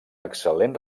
excel·lent